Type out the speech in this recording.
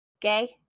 gay